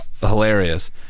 hilarious